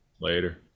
Later